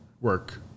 work